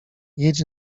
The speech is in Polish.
jedź